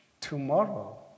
tomorrow